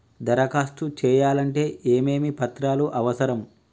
దరఖాస్తు చేయాలంటే ఏమేమి పత్రాలు అవసరం?